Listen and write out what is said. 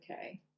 okay